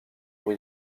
pour